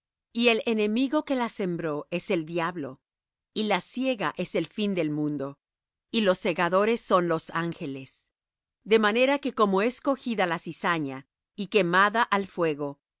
y el enemigo que la sembró es el diablo y la siega es el fin del mundo y los segadores son los ángeles de manera que como es cogida la cizaña y quemada al fuego